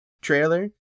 trailer